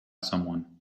someone